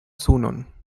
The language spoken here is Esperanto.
sunon